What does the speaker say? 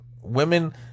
Women